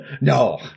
No